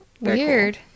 weird